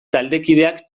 taldekideak